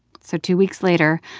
so two weeks later,